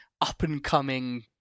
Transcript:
up-and-coming